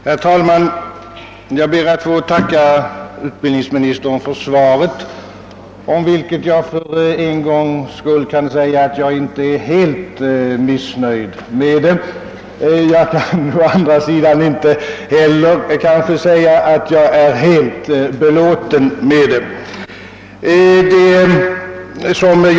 Herr talman! Jag ber att få tacka utbildningsministern för svaret. För en gångs skull kan jag säga att jag inte är helt missnöjd med det; å andra sidan är jag inte heller helt belåten.